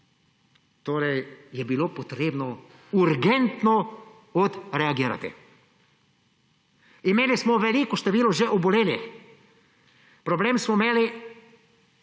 torej je bilo potrebno urgentno odreagirati. Imeli smo veliko število že obolelih. Problem smo imeli